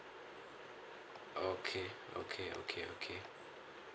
okay okay okay okay